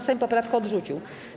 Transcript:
Sejm poprawkę odrzucił.